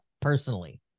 personally